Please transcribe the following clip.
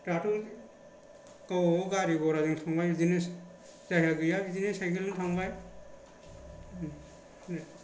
दाथ' गावबागाव गारि गराजों थांबाय बिदिनो जायगा गैया बिदिनो साइकेलजों थांबाय